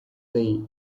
day